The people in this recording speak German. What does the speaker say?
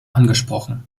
angesprochen